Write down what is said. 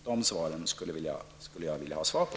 De frågorna skulle jag vilja ha svar på.